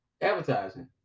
advertising